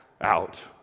out